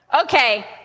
Okay